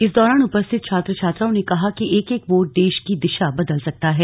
इस दौरान उपस्थित छात्र छात्राओं ने कहा कि एक एक वोट देश की दिशा बदल सकता है